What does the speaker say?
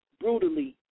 brutally